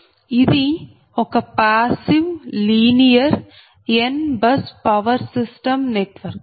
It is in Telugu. ఇది ఒక passive linear n bus power system network